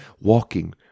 walking